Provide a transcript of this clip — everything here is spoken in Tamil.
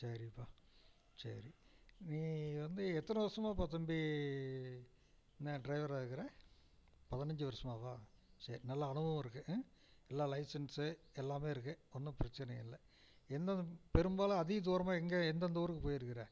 சரிப்பா சரி நீ வந்து எத்தனை வருஷமாப்பா தம்பி என்ன ட்ரைவராக இருக்கிற பதினைஞ்சு வருஷமாவா சரி நல்லா அனுபவம் இருக்குது ஆ எல்லாம் லைசன்ஸு எல்லாமே இருக்குது ஒன்றும் பிரச்னை இல்லை என்ன தம்பி பெரும்பாலும் அதிக தூரமாக எங்கே எந்தெந்த ஊருக்கு போய்ருக்கிற